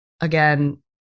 again